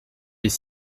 les